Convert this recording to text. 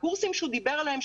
הקורסים שהוא דיבר עליהם,